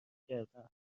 کردم